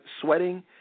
sweating